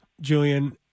Julian